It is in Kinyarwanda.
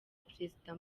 perezida